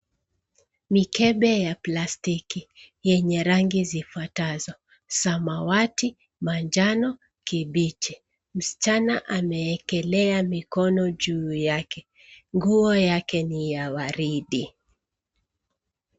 Mikebe ya plastiki yenye rangi zifwatazo; samawati, manjano ,kibichi. Msichana ameeekelea mikono juu yake nguo yake ni ya waridi.